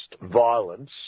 violence